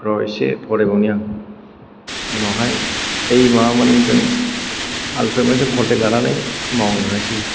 र' एसे फरायबावनि आं उनाव हाय बै माबामोनजों आलफ्रेदमोनजों कन्थेक लानानै मावलांनोसै